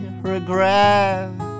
regret